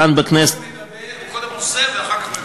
הוא קודם עושה ואחר כך מדבר.